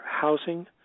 housing